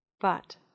But